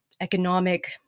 economic